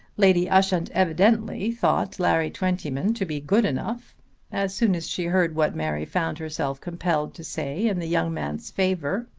lady ushant evidently thought larry twentyman to be good enough as soon as she heard what mary found herself compelled to say in the young man's favour.